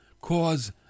cause